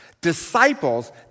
Disciples